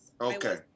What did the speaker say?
Okay